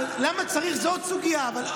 למה צריך, זו עוד סוגיה.